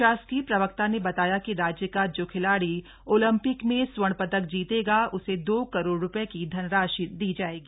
शासकीय प्रवक्ता ने बताया कि राज्य का जो खिलाड़ी ओलंपिक में स्वर्ण पदक जीतेगा उसे दो करोड़ रुपये की धनराशि दी जाएगी